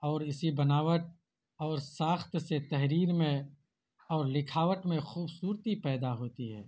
اور اسی بناوٹ اور ساخت سے تحریر میں اور لکھاوٹ میں خوبصورتی پیدا ہوتی ہے